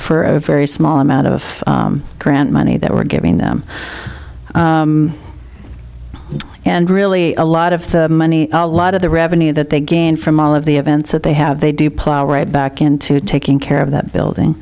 for a very small amount of grant money that we're giving them and really a lot of the money a lot of the revenue that they gain from all of the events that they have they do plow right back into taking care of that building